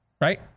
Right